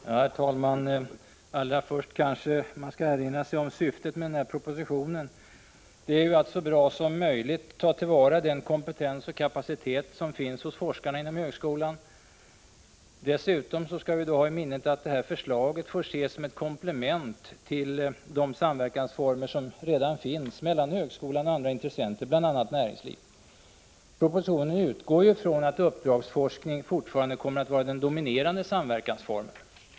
Herr talman! Allra först kanske man skall erinra sig syftet med propositionen. Det är att så bra som möjligt ta till vara den kompetens och kapacitet som finns hos forskarna inom högskolan. Dessutom skall vi ha i minnet att det här förslaget får ses som ett komplement till de samverkansformer som redan finns mellan högskolan och andra intressenter, bl.a. näringslivet. Propositionen utgår från att uppdragsforskning fortfarande kommer att vara den dominerande samverkansformen.